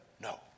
no